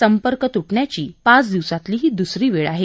संपर्क तुटण्याची पाच दिवसांतील ही दुसरी वेळ आहे